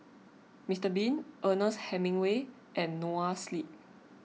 Mister Bean Ernest Hemingway and Noa Sleep